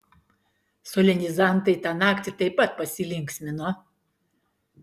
solenizantai tą naktį taip pat pasilinksmino